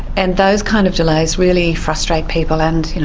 and those kind of delays really frustrate people, and, you know,